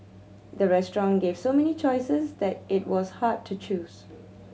the restaurant gave so many choices that it was hard to choose